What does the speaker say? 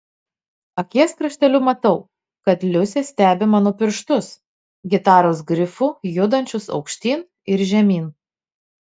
akies krašteliu matau kad liusė stebi mano pirštus gitaros grifu judančius aukštyn ir žemyn